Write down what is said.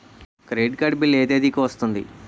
Credit card bill ఎ తేదీ కి వస్తుంది?